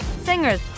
singers